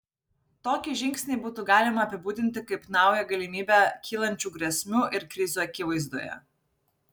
tokį žingsnį būtų galima apibūdinti kaip naują galimybę kylančių grėsmių ir krizių akivaizdoje